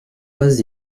pas